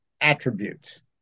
attributes